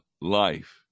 life